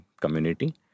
community